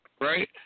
right